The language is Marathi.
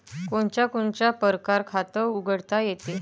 कोनच्या कोनच्या परकारं खात उघडता येते?